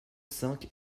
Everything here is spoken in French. cinq